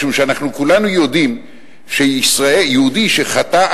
משום שאנחנו כולנו יודעים שיהודי שחטא,